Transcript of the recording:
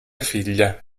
figlia